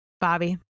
Bobby